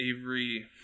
Avery